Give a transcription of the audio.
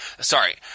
Sorry